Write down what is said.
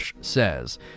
says